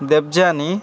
Debayani